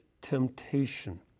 temptation